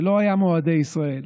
שלא היה מאוהדי ישראל.